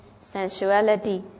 sensuality